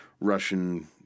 Russian